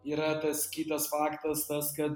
yra tas kitas faktas tas kad